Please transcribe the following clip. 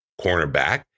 cornerback